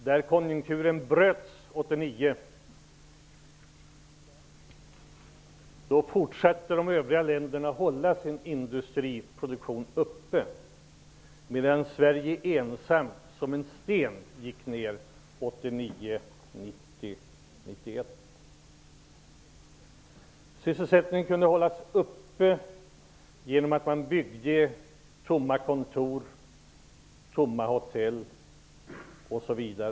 När konjunkturen vände 1989 fortsatte de övriga länderna att hålla sin industriproduktion uppe, medan Sverige ensamt, som en sten, föll ner 1989-- Sysselsättningen kunde hållas uppe genom att man byggde kontor, hotell m.m. som kom att stå tomma.